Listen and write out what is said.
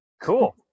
Cool